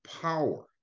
power